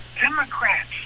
Democrats